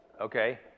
okay